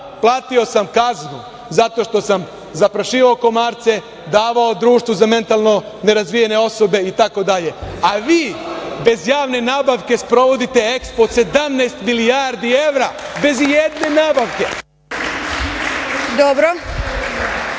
platio sam kaznu zato što sam zaprašivao komarce, davao društvu za mentalno nerazvijene osobe itd. a vi bez javne nabavke sprovodite EXPO od 17 milijardi evra bez i jedne nabavke.